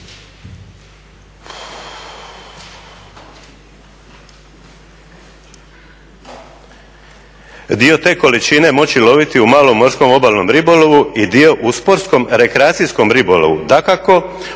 dio te količine moći loviti u malom morskom obalnom ribolovu i dio u sportskom rekreacijskom ribolovu, dakako